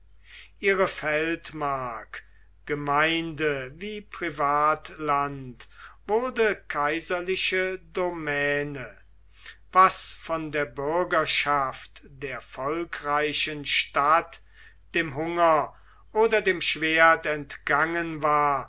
ihre feldmark gemeinde wie privatland wurde kaiserliche domäne was von der bürgerschaft der volkreichen stadt dem hunger oder dem schwert entgangen war